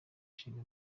ishinga